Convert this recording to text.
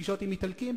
פגישות עם איטלקים,